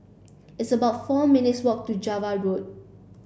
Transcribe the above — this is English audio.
it's about four minutes' walk to Java Road